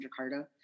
jakarta